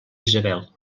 isabel